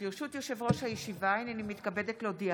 ברשות יושב-ראש הישיבה, הינני מתכבדת להודיעכם,